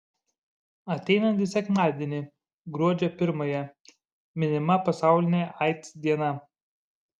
ateinantį sekmadienį gruodžio pirmąją minima pasaulinė aids diena